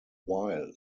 while